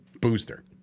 Booster